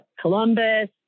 columbus